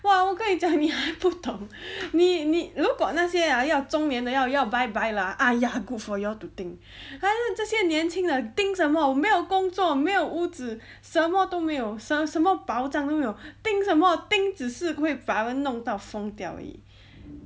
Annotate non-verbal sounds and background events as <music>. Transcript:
!wah! 我跟你讲你还不懂你你如果那些 ah 中年的要 bye bye lah ya good for you all to think <noise> 这些年轻的 think 什么没有工作没有屋子什么都没有想什么保障都没有 think 什么 think 只是会把人弄到疯掉而已